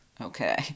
okay